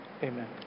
Amen